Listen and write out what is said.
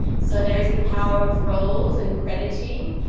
so there is the power of roles and crediting.